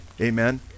Amen